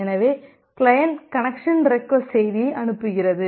எனவே client connection request செய்தியை அனுப்புகிறது